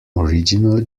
original